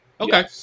Okay